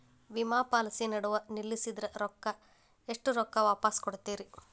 ವಿಮಾ ಪಾಲಿಸಿ ನಡುವ ನಿಲ್ಲಸಿದ್ರ ಎಷ್ಟ ರೊಕ್ಕ ವಾಪಸ್ ಕೊಡ್ತೇರಿ?